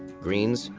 greens,